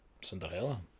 Cinderella